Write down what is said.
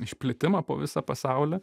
išplitimą po visą pasaulį